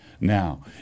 now